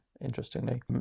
interestingly